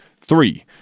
Three